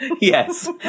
Yes